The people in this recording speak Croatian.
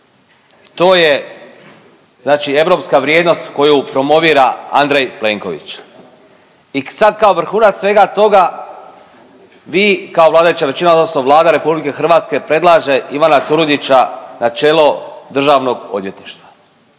To je znači europska vrijednost koju promovira Andrej Plenković. I sad kao vrhunac svega toga, vi kao vladajuća većina, odnosno Vlada RH predlaže Ivana Turudića na čelo Državnog odvjetništva,